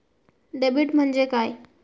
Debit म्हणजे काय?